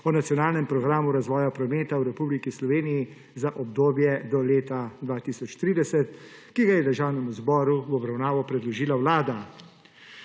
o nacionalnem programu razvoja prometa v Republiki Sloveniji za obdobje do leta 2030, ki ga je državnemu zboru v obravnavo predložila vlada.